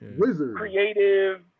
creative